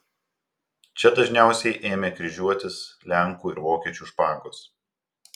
čia dažniausiai ėmė kryžiuotis lenkų ir vokiečių špagos